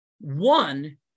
One